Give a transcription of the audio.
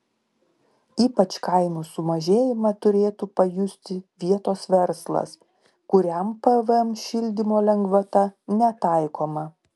ypač kainų sumažėjimą turėtų pajusti vietos verslas kuriam pvm šildymo lengvata netaikoma